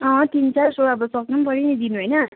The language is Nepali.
तिन चार सौ अब सक्नु पनि पऱ्यो नि दिनु होइन